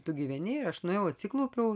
tu gyveni ir aš nuėjau atsiklaupiau